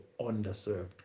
underserved